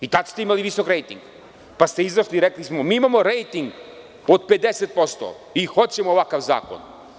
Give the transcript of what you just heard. I tada ste imali visok rejting, pa ste izašli i rekli – mi imamo rejting od 50% i hoćemo ovakav zakon.